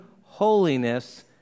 holiness